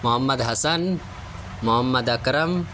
Muhammad Hasan Mohammad Akram